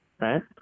Right